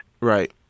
right